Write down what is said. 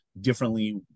differently